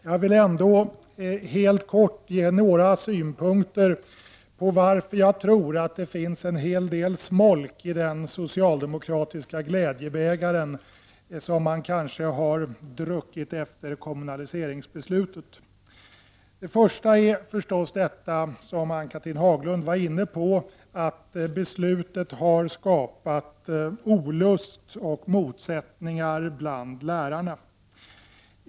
Jag vill ändå helt kort ge några synpunkter på varför jag tror att det finns en hel del smolk i den socialdemokratiska glädjebägare som man kanske har druckit efter kommunaliseringsbeslutet. Det första är förstås det som Ann-Cathrine Haglund var inne på, att beslutet har skapat olust och motsättningar bland lärarna.